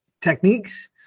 techniques